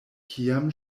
kiam